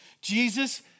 Jesus